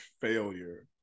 failure